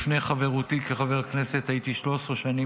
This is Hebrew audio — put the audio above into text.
לפני חברותי כחבר כנסת הייתי 13 שנים